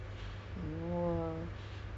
I was in a competitive team